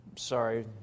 Sorry